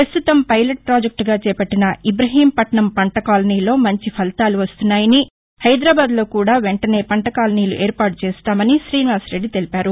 పస్తుతం పైలెట్ పాజెక్లుగా చేపట్టిన ఇబ్రహీంపట్నం పంటకాలనీలో మంచి ఫలితాలు వస్తున్నాయని హైదరాబాద్లో కూడా వెంటనే పంటకాలనీలు ఏర్పాటు చేస్తామని శ్రీనివాసరెడ్డి తెలిపారు